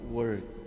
work